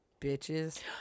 bitches